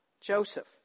Joseph